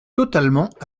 totalement